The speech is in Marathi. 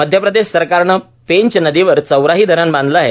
मध्य प्रदेष सरकारनं पेंच नदीवर चौराही धरण बांधलं आहे